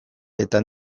eta